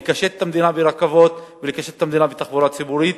לקשט את המדינה ברכבות ולקשט את המדינה בתחבורה ציבורית